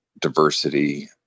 diversity